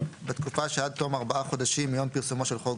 בתקופה שעד תום ארבעה חודשים מיום פרסומו של חוק